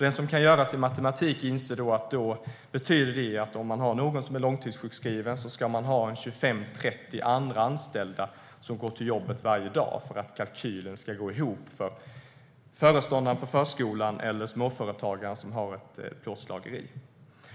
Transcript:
Den som gör sin matematik inser att om man då har någon som är långtidssjukskriven ska man ha 25-30 andra anställda som går till jobbet varje dag för att kalkylen ska gå ihop för föreståndaren på förskolan eller småföretagaren som har ett plåtslageri.